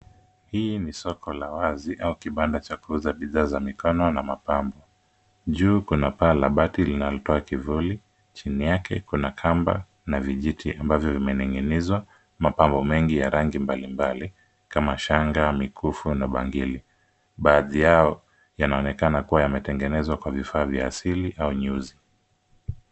Hii ni soko la wazi au kibanda cha kuuza bidhaa za mikono na mapambo. Juu kuna paa la bati linalotoa kivuli. Chini yake kuna kamba na vijiti, ambavyo vimening'inizwa, mapambo mengi ya rangi mbalimbali, kama shanga, mikufu, na bangili. Baadhi yao, yanaonekana kuwa yametengenezwa kwa vifaa vya asili au nyuzi.